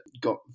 got